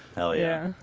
oh yeah,